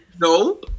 No